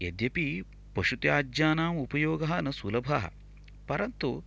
यद्यपि पशुत्याज्यानाम् उपयोगः न सुलभाः परन्तु